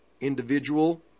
individual